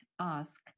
ask